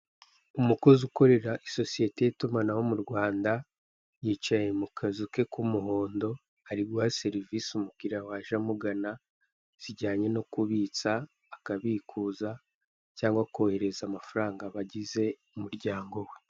Umukozi ukorera isosiyete y'itumanaho mu Rwanda, yicaye mu kazu ke k'umuhondo, ari guha serivisi umukiriya waje amugana, zijyanye no kubitsa, akabikuza, cyangwa kohereza amafaranga abagize umuryango we.